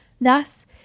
Thus